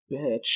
bitch